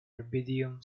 rubidium